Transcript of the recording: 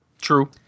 True